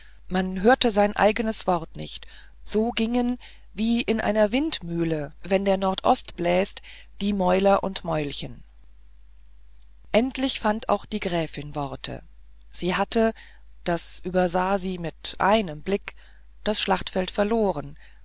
man hörte sein eigenes wort nicht so gingen wie in einer windmühle wenn der nordost bläst die mäuler und mäulchen endlich fand auch die gräfin worte sie hatte das übersah sie mit einem blick das schlachtfeld verloren